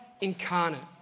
incarnate